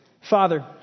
Father